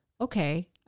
okay